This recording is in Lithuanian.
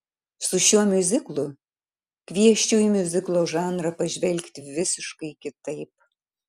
su šiuo miuziklu kviesčiau į miuziklo žanrą pažvelgti visiškai kitaip